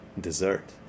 Dessert